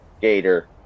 gator